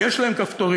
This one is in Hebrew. יש להם כפתורים,